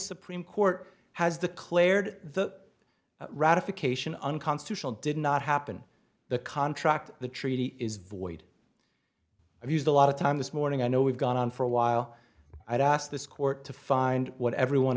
supreme court has the clarity the ratification unconstitutional did not happen the contract the treaty is void i've used a lot of time this morning i know we've gone on for a while i asked this court to find what everyone